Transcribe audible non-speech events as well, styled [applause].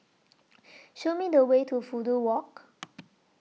[noise] Show Me The Way to Fudu Walk [noise]